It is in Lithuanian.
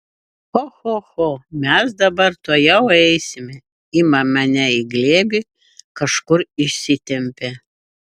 cho cho cho mes dabar tuojau eisime ima mane į glėbį kažkur išsitempia